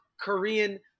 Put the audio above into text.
Korean